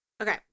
okay